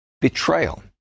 Betrayal